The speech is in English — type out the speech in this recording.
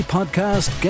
Podcast